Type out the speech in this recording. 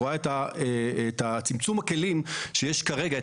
רואה את צמצום הכלים שיש כרגע,